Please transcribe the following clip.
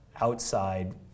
outside